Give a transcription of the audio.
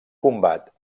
combat